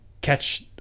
catch